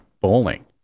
bowling